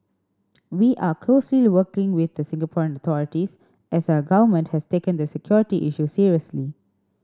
we are closely working with the Singaporean authorities as our government has taken the security issue seriously